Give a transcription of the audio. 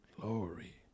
Glory